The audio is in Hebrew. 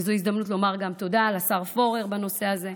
וזו הזדמנות לומר גם תודה לשר פורר בנושא הזה,